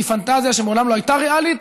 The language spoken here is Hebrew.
היא פנטזיה שמעולם לא הייתה ריאלית.